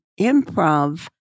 improv